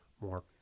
more